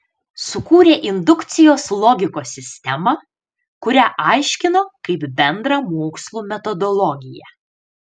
sukūrė indukcijos logikos sistemą kurią aiškino kaip bendrą mokslų metodologiją